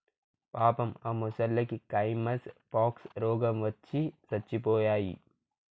పాపం ఆ మొసల్లకి కైమస్ పాక్స్ రోగవచ్చి సచ్చిపోయాయి